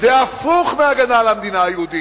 זה הפוך מהגנה על המדינה היהודית.